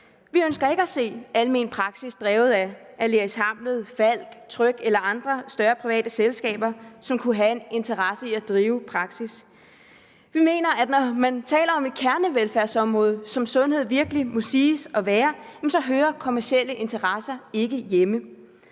Vi ønsker ikke at se almen praksis drevet af Aleris-Hamlet, Falck, Tryg eller andre større private selskaber, som kunne have en interesse i at drive praksis. Vi mener, at når man taler om et kernevelfærdsområde, som sundhed virkelig må siges at være, så hører kommercielle interesser ikke hjemme